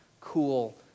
cool